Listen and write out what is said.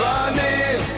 Running